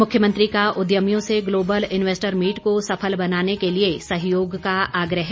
मुख्यमंत्री का उद्यमियों से ग्लोबल इन्वेस्टर मीट को सफल बनाने के लिए सहयोग का आग्रह